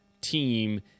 team